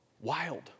wild